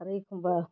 आरो एख'म्बा